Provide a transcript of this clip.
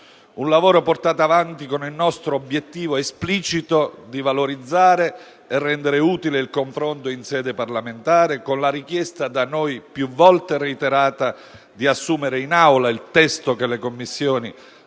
è stato portato avanti con l'esplicito obiettivo di valorizzare e rendere utile il confronto in sede parlamentare, con la richiesta da noi più volte reiterata di assumere in Aula il testo licenziato dalle Commissioni